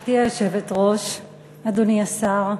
גברתי היושבת-ראש, אדוני השר,